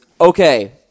Okay